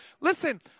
Listen